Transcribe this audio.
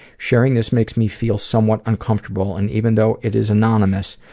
sharing this makes me feel somewhat uncomfortable, and even though it is anonymous,